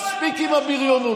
אני רגוע, אני מציע שגם אתה תירגע.